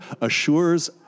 assures